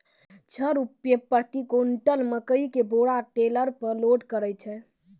छह रु प्रति क्विंटल मकई के बोरा टेलर पे लोड करे छैय?